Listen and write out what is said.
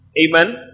Amen